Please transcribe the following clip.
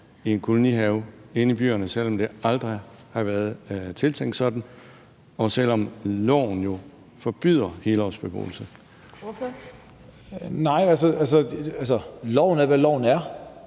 i en kolonihave inde i byerne, selv om det aldrig har været tiltænkt sådan, og selv om loven jo forbyder helårsbeboelse? Kl. 15:08 Tredje